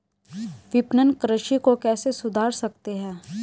विपणन कृषि को कैसे सुधार सकते हैं?